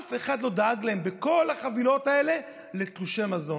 אף אחד לא דאג להם בכל החבילות האלה לתלושי מזון.